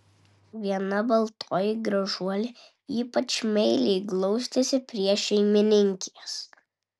viena baltoji gražuolė ypač meiliai glaustėsi prie šeimininkės